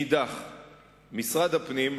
משרד הפנים,